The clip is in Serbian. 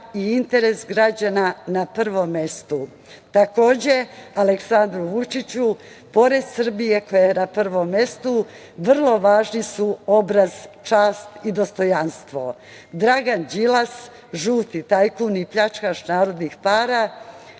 i interes građana na prvom mestu. Takođe, Aleksandru Vučiću, pored Srbije koja je na prvom mestu, vrlo važni su obraz, čast i dostojanstvo. Dragan Đilas, žuti tajkun i pljačkaš narodnih para,